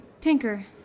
Tinker